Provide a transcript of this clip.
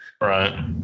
Right